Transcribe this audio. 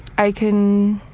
i can,